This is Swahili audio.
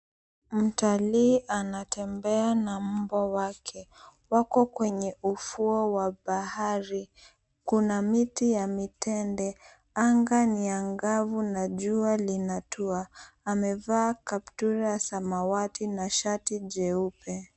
Mtalii anatembea na mbwa wake, wako kwenye ufuo wa bahari. Kuna miti ya mitende. Anga ni angavu na jua linatua. Amevaa kaptura ya samawati na shati jeupe.